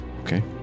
Okay